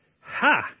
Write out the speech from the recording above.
Ha